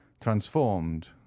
transformed